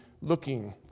looking